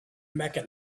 mecca